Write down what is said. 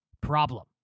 problem